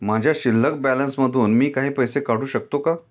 माझ्या शिल्लक बॅलन्स मधून मी काही पैसे काढू शकतो का?